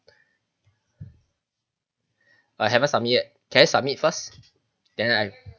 I haven't submit yet can submit first then I